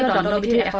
and automobile yeah